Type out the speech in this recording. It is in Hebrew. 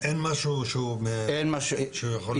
אין משהו שהוא יכול לעכב?